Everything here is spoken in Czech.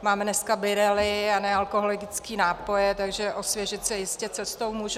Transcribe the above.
Máme dneska birelly a nealkoholické nápoje, takže osvěžit se jistě cestou můžou.